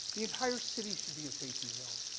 the entire city should be a safety zone.